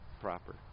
proper